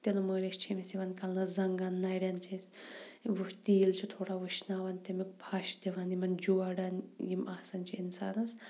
تِلہٕ مٲلِش چھِ أمِس یِوان کَرنہٕ زَنٛگَن نَرٮ۪ن چھِس تیٖل چھِ تھوڑا وٕشناوان تمیُک پھَش دِوان یِمَن جورن یِم آسان چھِ اِنسانَس